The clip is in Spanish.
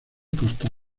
costa